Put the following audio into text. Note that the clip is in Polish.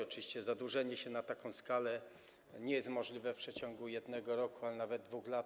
Oczywiście zadłużenie się na taką skalę nie jest możliwe w przeciągu 1 roku ani nawet 2 lat.